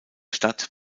stadt